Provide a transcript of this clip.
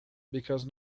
because